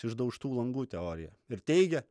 išdaužtų langų teorija ir teigia